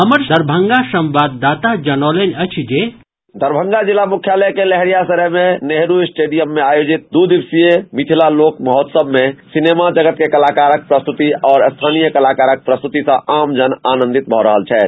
हमर दरभंगा संवाददाता जनौलनि अछि जे बाईट दरभंगा पीटीसी दरभंगा जिला मुख्यालय के लहेरियासराय मे नेहरू स्टेडियम मे आयोजित दू दिवसीय मिथिला लोक महोत्सव मे सिनेमा जगतक कलाकारक प्रस्तुति आओर स्थानीय कलाकारक प्रसतुति सँ आमजन आनंदित भऽ रहल छथि